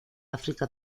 áfrica